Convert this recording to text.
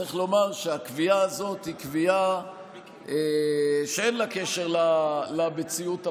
צריך לומר שהקביעה הזאת היא קביעה שאין לה קשר למציאות הפוליטית,